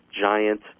giant